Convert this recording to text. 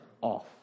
off